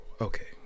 okay